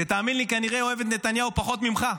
שתאמין לי, כנראה אוהב את נתניהו פחות ממך,